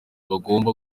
bagombaga